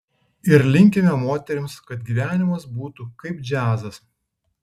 ir linkime moterims kad gyvenimas būtų kaip džiazas